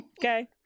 Okay